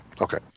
Okay